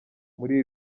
muri